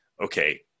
Okay